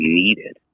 needed